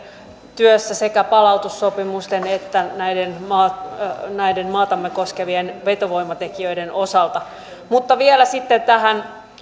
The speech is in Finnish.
työssä sekä palautussopimusten että näiden maatamme koskevien vetovoimatekijöiden osalta mutta sitten vielä tähän